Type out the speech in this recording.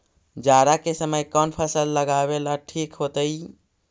जाड़ा के समय कौन फसल लगावेला ठिक होतइ?